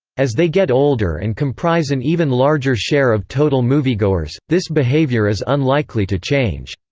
as they get older and comprise an even larger share of total moviegoers, this behavior is unlikely to change.